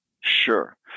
Sure